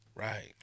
Right